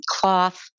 cloth